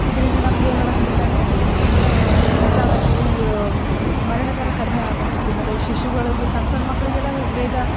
ಇದರಿಂದ ನಮ್ದು ಏನು ಮಾಡಾಕುಂತೈತೆ ಅಂದ್ರೆ ಜೀವಿತಾವಧಿ ಇದು ಮರಣ ದರ ಕಡ್ಮೆ ಆಗಕೊಂತೈತೆ ಮತ್ತೆ ಶಿಶುಗಳಿಗೆ ಸಣ್ಣ ಸಣ್ಣ ಮಕ್ಕಳಿಗೆಲ್ಲ ಬೇಗ